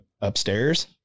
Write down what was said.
upstairs